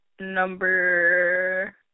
number